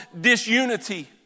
disunity